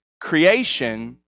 creation